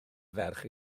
ferch